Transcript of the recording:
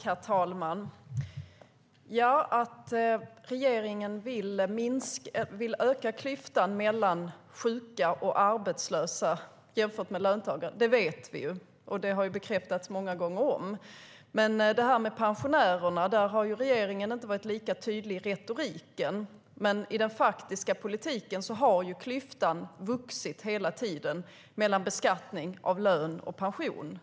Herr talman! Att regeringen vill öka klyftan mellan å ena sidan sjuka och arbetslösa och å andra sidan löntagare vet vi, och det har bekräftats många gånger om. När det gäller pensionärerna har regeringen inte varit lika tydlig i retoriken, men i den faktiska politiken har klyftan i beskattning vuxit hela tiden mellan lön och pension.